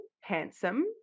handsome